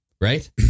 Right